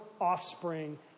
offspring